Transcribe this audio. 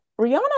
Rihanna